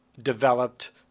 developed